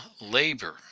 labor